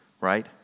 right